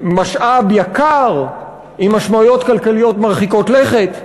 משאב יקר עם משמעויות כלכליות מרחיקות לכת,